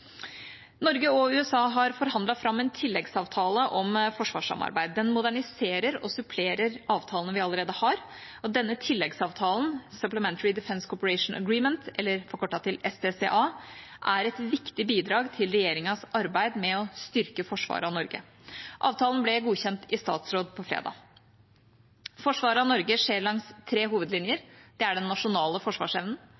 Norge og USA har forhandlet fram en tilleggsavtale om forsvarssamarbeid. Den moderniserer og supplerer de avtalene vi allerede har. Denne tilleggsavtalen, Supplementary Defence Cooperation Agreement, forkortet til SDCA, er et viktig bidrag til regjeringas arbeid med å styrke forsvaret av Norge. Avtalen ble godkjent i statsråd på fredag. Forsvaret av Norge skjer langs tre